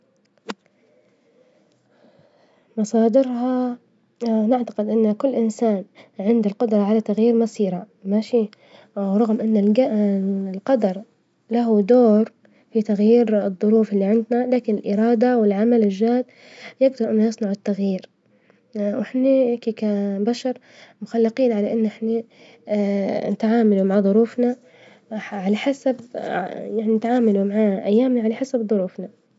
مصادرها نعتقد إن كل إنسان عنده الجدرة على تغيير مصيره، ماشي? رغم إن الج- القدر له دور في تغيير الظروف إللي عندنا لكن الإرادة والعمل الجاد، يجدروا إن يصنعوا التغيير، وإحنا كي كا بشر مخلجين على إن إحنا نتعامل مع ظروفنا على حسب يعني تعاملوا مع أيامنا على حسب ظروفنا.